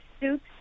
soups